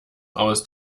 aus